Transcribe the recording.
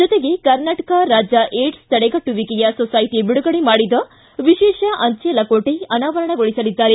ಜೊತೆಗೆ ಕರ್ನಾಟಕ ರಾಜ್ಯ ವಿಡ್ಸ್ ತಡೆಗಟ್ಟುವಿಕೆಯ ಸೂಸೈಟಿ ಬಿಡುಗಡೆ ಮಾಡಿದ ವಿಶೇಷ ಅಂಚೆ ಲಕೋಟೆ ಅನಾವರಣಗೊಳಿಸಲಿದ್ದಾರೆ